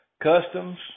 customs